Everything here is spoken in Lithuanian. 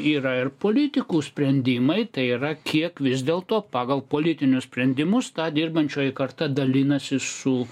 yra ir politikų sprendimai tai yra kiek vis dėlto pagal politinius sprendimus ta dirbančioji karta dalinasi su